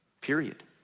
Period